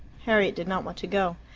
harriet did not want to go.